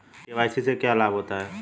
KYC से क्या लाभ होता है?